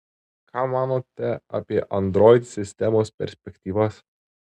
ką manote apie android sistemos perspektyvas